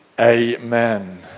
amen